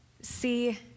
see